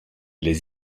les